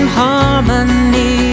harmony